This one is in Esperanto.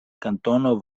kantono